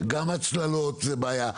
גם הצללות זאת בעיה.